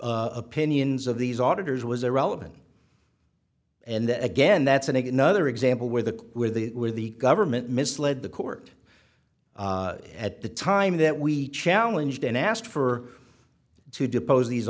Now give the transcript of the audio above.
the opinions of these auditors was irrelevant and again that's an egg another example where the where the where the government misled the court at the time that we challenged and asked for to depose these